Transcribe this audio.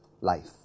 life